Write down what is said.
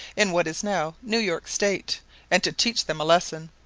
in what is now new york state and to teach them a lesson.